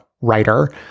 writer